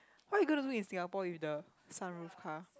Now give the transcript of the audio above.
what you going to do in Singapore with the sunroof car